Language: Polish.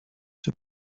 czy